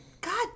god